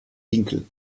winkel